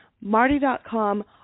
Marty.com